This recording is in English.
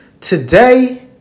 today